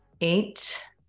eight